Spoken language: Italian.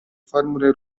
formule